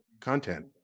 content